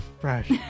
fresh